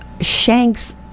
Shanks